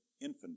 infant